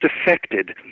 affected